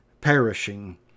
perishing